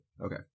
Okay